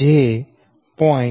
j0